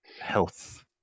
health